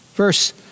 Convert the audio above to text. verse